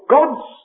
God's